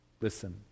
Listen